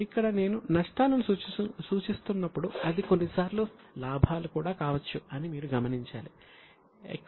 ఇక్కడ నేను నష్టాలను సూచిస్తున్నప్పుడు అది కొన్నిసార్లు లాభాలు కూడా కావచ్చు అని మీరు గమనించాలి